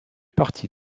partie